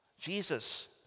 Jesus